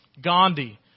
Gandhi